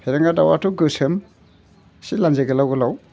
फेरेंगा दाउआथ' गोसोम एसे लानजाय गोलाव गोलाव